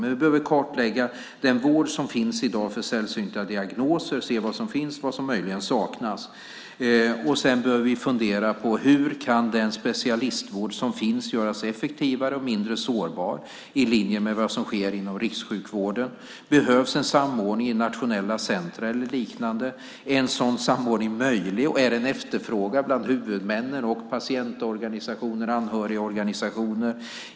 Men vi behöver kartlägga den vård som finns i dag för sällsynta diagnoser och se vad som finns och vad som möjligen saknas. Sedan behöver vi fundera på hur den specialistvård som finns kan göras effektivare och mindre sårbar, i linje med vad som sker inom rikssjukvården. Behövs det en samordning i nationella centrum eller liknande? Är en sådan samordning möjlig, och är den efterfrågad bland huvudmännen samt patient och anhörigorganisationerna?